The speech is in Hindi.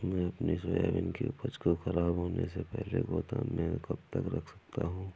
मैं अपनी सोयाबीन की उपज को ख़राब होने से पहले गोदाम में कब तक रख सकता हूँ?